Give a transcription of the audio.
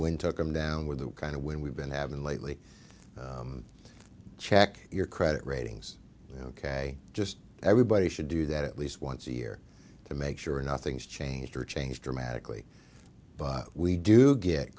n took them down with the kind of when we've been having lately check your credit ratings ok just everybody should do that at least once a year to make sure nothing's changed or changed dramatically but we do get